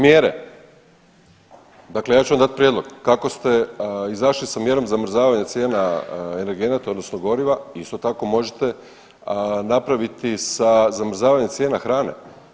Mjere, dakle ja ću vam dati prijedlog kako ste izašli sa mjerom zamrzavanja cijena energenata odnosno goriva isto tako možete napraviti sa zamrzavanjem cijena hrane.